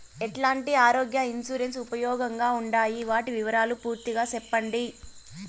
ఎట్లాంటి ఆరోగ్య ఇన్సూరెన్సు ఉపయోగం గా ఉండాయి వాటి వివరాలు పూర్తిగా సెప్పండి?